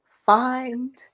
find